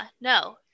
no